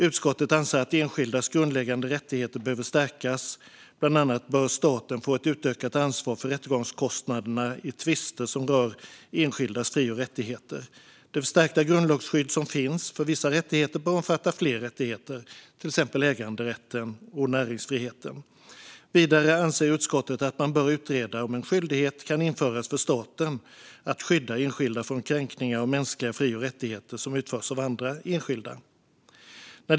Utskottet anser att enskildas grundläggande rättigheter behöver stärkas. Bland annat bör staten få ett utökat ansvar för rättegångskostnaderna i tvister som rör enskildas fri och rättigheter. Det förstärkta grundlagsskydd som finns för vissa rättigheter bör omfatta fler rättigheter, till exempel äganderätten och näringsfriheten. Vidare anser utskottet att man bör utreda om en skyldighet kan införas för staten att skydda enskilda från kränkningar av mänskliga fri och rättigheter som utförs av andra enskilda.